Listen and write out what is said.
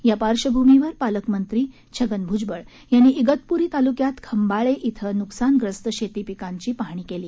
त्या पार्श्वभूमीवर पालकमंत्री छगन भुजबळ यांनी इगतपुरी तालुक्यात खंबाळे इथं नुकसानग्रस्त शेतपीकांची पाहणी केली